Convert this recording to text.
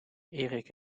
erik